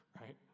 right